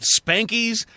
spankies